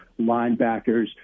linebackers